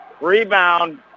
Rebound